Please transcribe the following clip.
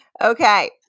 Okay